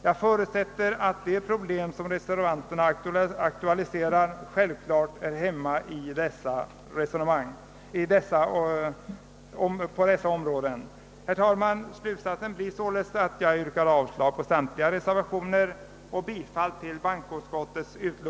Jag förutsätter att de problem som reservanterna aktualiserat hör hemma i dessa resonemang. Herr talman! Slutsatsen blir således att jag yrkar avslag på samtliga reservationer och bifall till